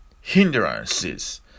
hindrances